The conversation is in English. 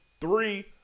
three